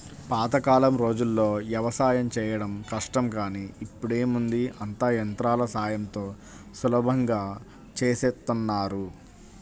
పాతకాలం రోజుల్లో యవసాయం చేయడం కష్టం గానీ ఇప్పుడేముంది అంతా యంత్రాల సాయంతో సులభంగా చేసేత్తన్నారు